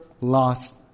lost